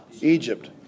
Egypt